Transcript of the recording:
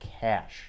cash